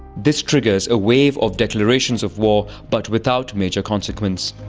this triggers a wave of declarations of war but without major consequence.